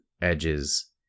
edges